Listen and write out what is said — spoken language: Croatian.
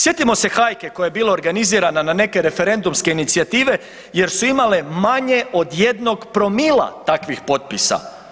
Sjetimo se hajke koja je bila organizirana na neke referendumske inicijative jer su imale manje od jednog promila takvih potpisa.